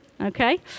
Okay